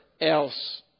else